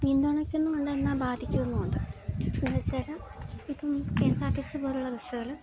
പിന്തുണക്കുന്നുണ്ട് എന്നാൽ ബാധിക്കുന്നുണ്ട് എന്നു വച്ചാൽ ഇപ്പം K S R T C പോലെയുള്ള ബസുകൾ